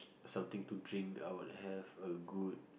something to drink I would have a good